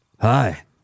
Hi